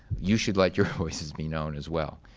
you should let your voices be known as well.